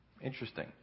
Interesting